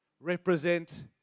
represent